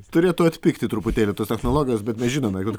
turėtų atpigti truputėlį tos technologijos bet mes žinome kad